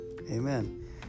Amen